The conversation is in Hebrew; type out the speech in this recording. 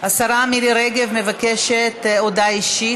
השרה מירי רגב מבקשת הודעה אישית.